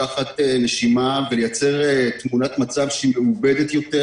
לקחת נשימה ולייצר תמונת מצב מעובדת יותר